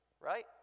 right